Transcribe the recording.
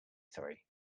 three